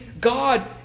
God